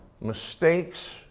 mistakes